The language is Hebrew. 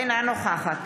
אינה נוכחת